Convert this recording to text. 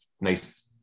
nice